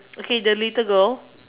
okay the little girl